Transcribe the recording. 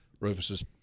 Rufus's